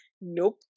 nope